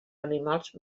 animals